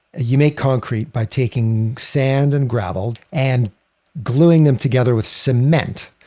you make concrete by taking sand and gravel and gluing them together with cement.